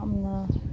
ꯌꯥꯝꯅ